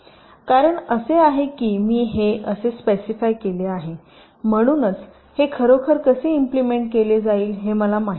कारण असे आहे की मी हे असे स्पेसिफाय केले आहेम्हणूनच हे खरोखर कसे इम्प्लिमेंट केली जाईल हे मला माहित नाही